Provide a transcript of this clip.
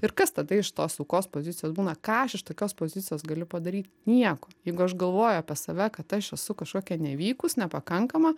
ir kas tada iš tos aukos pozicijos būna ką aš iš tokios pozicijos galiu padaryt nieko jeigu aš galvoju apie save kad aš esu kažkokia nevykus nepakankama